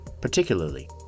particularly